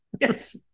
Yes